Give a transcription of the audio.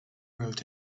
wrote